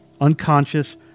Unconscious